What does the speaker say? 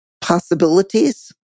possibilities